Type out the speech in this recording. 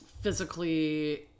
physically